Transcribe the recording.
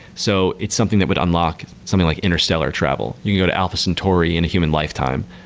so it's something that would unlock something like interstellar travel. you can go to alpha centauri in a human lifetime,